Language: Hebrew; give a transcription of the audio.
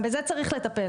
גם בזה צריך לטפל.